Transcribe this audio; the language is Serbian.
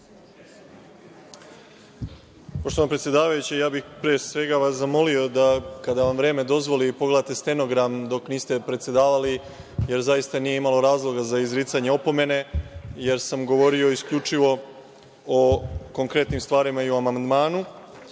Poštovana predsedavajuća, ja bih vas pre svega zamolio da ako vam vreme dozvoli pogledate stenogram dok niste predsedavali, jer zaista nije imalo razloga za izricanje opomene, jer sam govorio isključivo o konkretnim stvarima i amandmanu. Isti